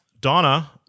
Donna